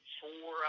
four